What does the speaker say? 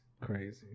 crazy